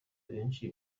abenshi